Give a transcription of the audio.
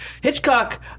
Hitchcock –